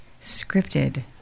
scripted